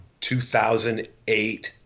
2008